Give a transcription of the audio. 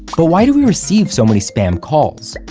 but why do we receive so many spam calls?